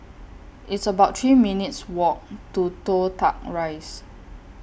It's about three minutes' Walk to Toh Tuck Rise